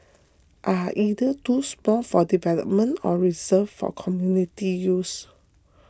are either too small for development or reserved for community use